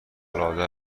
العاده